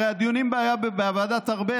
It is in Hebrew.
הרי הדיונים היו בוועדת ארבל,